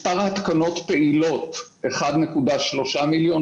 מספר ההתקנות הפעילות הוא כ-1.3 מיליון,